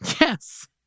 Yes